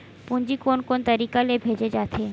पूंजी कोन कोन तरीका ले भेजे जाथे?